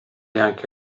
anche